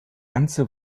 ganze